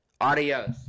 Adios